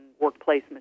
workplace